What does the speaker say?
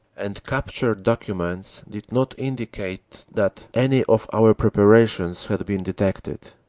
and captured documents did not indicate that any of our preparations had been detected.